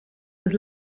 was